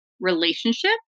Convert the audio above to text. relationship